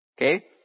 okay